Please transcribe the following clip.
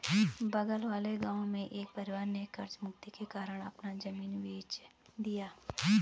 बगल वाले गांव में एक परिवार ने कर्ज मुक्ति के कारण अपना जमीन बेंच दिया